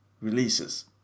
releases